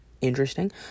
interesting